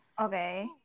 Okay